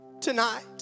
tonight